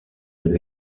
new